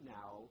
now